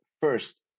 First